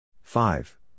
Five